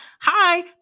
Hi